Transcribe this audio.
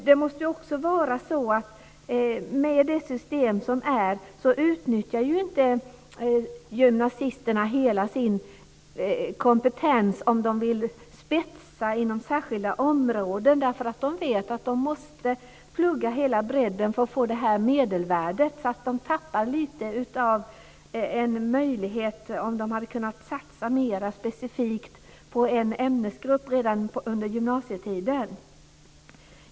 Det måste också vara så att gymnasisterna i rådande system inte utnyttjar hela sin kompetens om de vill spetsa inom särskilda områden. De vet att de måste plugga över hela bredden för att få ett tillräckligt högt medelvärde. De tappar alltså lite av en möjlighet i förhållande till om de hade kunnat satsa mera specifikt på en ämnesgrupp redan under gymnasietiden.